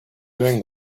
doing